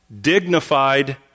dignified